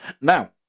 Now